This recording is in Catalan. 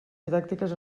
didàctiques